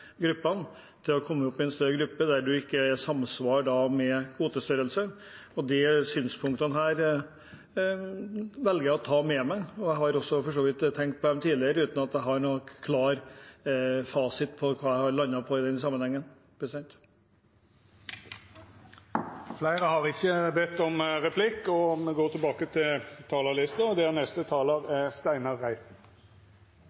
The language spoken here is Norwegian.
ikke er samsvar med kvotestørrelse. Disse synspunktene velger jeg å ta med meg. Jeg har for så vidt også tenkt på det tidligere uten at jeg har noen klar fasit på hva jeg har landet på i den sammenheng. Replikkordskiftet er omme. I denne saken fremmer SV forslag om å avvikle pliktsystemet for torsketrålere i nord og omfordele tilhørende kvoter til